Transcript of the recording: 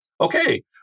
Okay